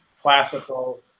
classical